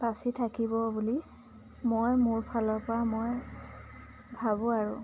বাচি থাকিব বুলি মই মোৰ ফালৰ পৰা মই ভাবোঁ আৰু